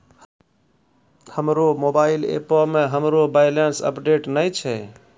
हमरो मोबाइल एपो मे हमरो बैलेंस अपडेट नै छै